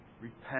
Repent